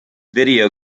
video